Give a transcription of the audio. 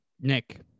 Nick